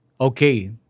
Okay